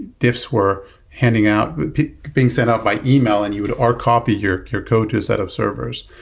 diffs were handing out being sent out by email and you would r copy your your code to a set of servers.